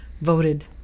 voted